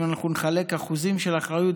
אם אנחנו נחלק אחוזים של אחריות,